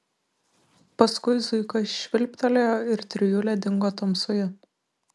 paskui zuika švilptelėjo ir trijulė dingo tamsoje